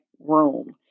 room